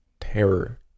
terror